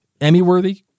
Emmy-worthy